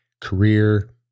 career